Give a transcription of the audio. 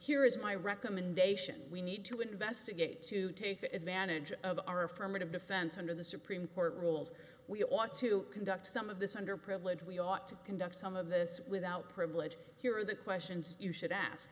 here is my recommendation we need to investigate to take advantage of our affirmative defense under the supreme court rules we ought to conduct some of this under privileged we ought to conduct some of this without privilege here are the questions you should ask